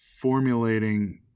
formulating